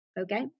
okay